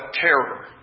terror